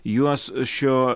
juos šio